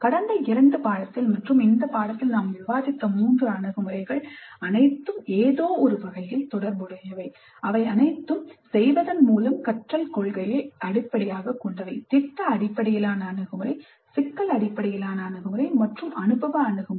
கடந்த இரண்டு பாடத்தில் மற்றும் இந்த பாடத்தில் நாம் விவாதித்த மூன்று அணுகுமுறைகள் அவை அனைத்தும் ஏதோவொரு வகையில் தொடர்புடையவை அவை அனைத்தும் செய்வதன் மூலம் கற்றல் கொள்கையை அடிப்படையாகக் கொண்டவை திட்ட அடிப்படையிலான அணுகுமுறை சிக்கல் அடிப்படையிலான அணுகுமுறை மற்றும் அனுபவ அணுகுமுறை